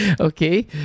okay